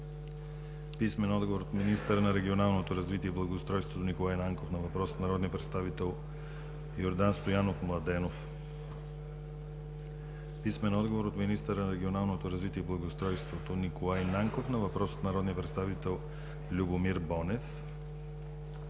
Стойчев; - министъра на регионалното развитие и благоустройството Николай Нанков на въпрос от народния представител Йордан Стоянов Младенов; - министъра на регионалното развитие и благоустройството Николай Нанков на въпрос от народния представител Любомир Бонев;